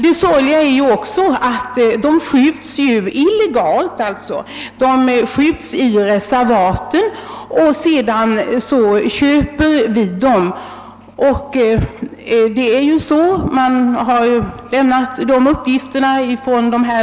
Det sorgliga är, att dessa djur skjuts illegalt i reservaten, varefter vi köper skinnen.